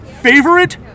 favorite